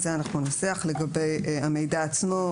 את זה אנחנו ננסח לגבי המידע עצמו,